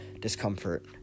discomfort